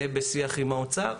לגבי זה אנחנו בשיח עם האוצר.